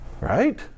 Right